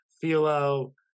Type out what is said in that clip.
Philo